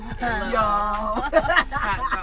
Y'all